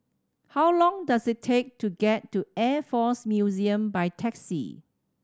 how long does it take to get to Air Force Museum by taxi